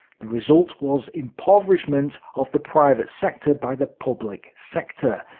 the result was impoverishment of the private sector by the public sector,